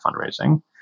fundraising